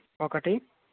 ఒకటి